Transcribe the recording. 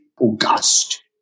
august